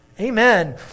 amen